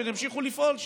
שהם ימשיכו לפעול שם,